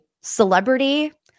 celebrity